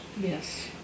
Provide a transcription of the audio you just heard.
Yes